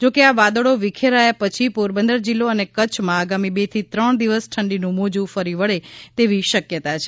જો કે આ વાદળો વિખરાયા પછી પોરબંદર જીલ્લો અને કચ્છમાં આગામી બે થી ત્રણ દિવસ ઠંડીનું મોજુ ફરી વળે તેવી શકયતા છે